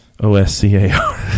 O-S-C-A-R